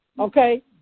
okay